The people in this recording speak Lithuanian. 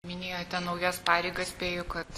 minėjote naujas pareigas spėju kad